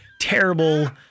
terrible